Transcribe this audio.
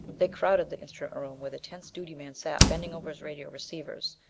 they crowded the instrument room where the tense duty man sat bending over his radio receivers.